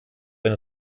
wenn